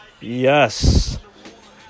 Yes